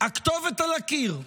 הכתובת על הקיר,